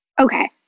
Okay